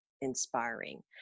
inspiring